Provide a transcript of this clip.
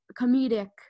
comedic